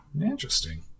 interesting